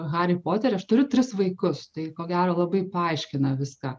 harį poterį aš turiu tris vaikus tai ko gero labai paaiškina viską